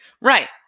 Right